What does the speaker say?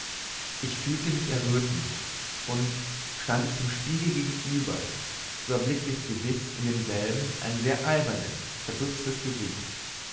ich fühlte mich errötend und stand ich dem spiegel gegenüber so erblickte ich gewiß in demselben ein sehr albernes verdutztes gesicht